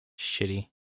Shitty